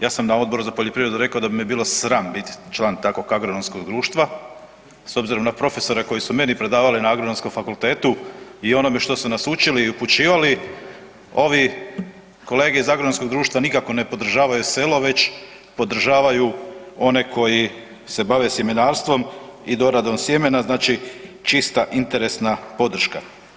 Ja sam na Odboru za poljoprivredu reko da bi me bilo sram biti član takvog agronomskog društva s obzirom na profesore koji su meni predavali na Agronomskom fakultetu i onome što su nas učili i upućivali, ovi kolege iz agronomskog društva nikako ne podržavaju selo već podržavaju one koji se bave sjemenarstvom i doradom sjemena, znači čista interesna podrška.